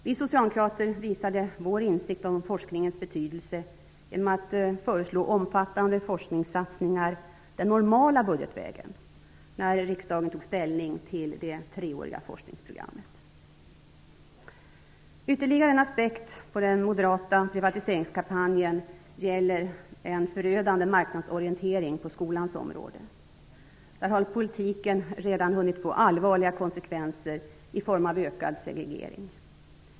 Vi socialdemokrater visade vår insikt om forskningens betydelse genom att föreslå omfattande forskningssatsningar den normala budgetvägen när riksdagen tog ställning till det treåriga forskningsprogrammet. Ytterligare en aspekt på den moderata privatiseringskampanjen gäller en förödande marknadsorientering på skolans område. Där har politiken redan hunnit få allvarliga konsekvenser i form av ökad segregering.